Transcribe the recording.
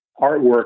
artwork